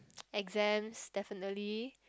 exams definitely